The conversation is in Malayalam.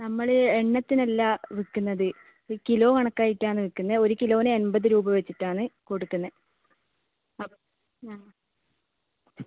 നമ്മൾ എണ്ണത്തിന് അല്ല വിൽക്കുന്നത് ഇത് കിലോ കണക്കായിട്ടാണ് വിൽക്കുന്നത് ഒരു കിലോന് എൺപത് രൂപ വച്ചിട്ടാണ് കൊടുക്കുന്നത് ആ ആ